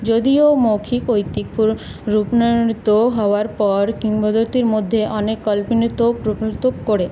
যদিও মৌখিক ঐতিক রূপ হওয়ার পর কিংবদন্তির মধ্যে অনেক কল্পনিত করে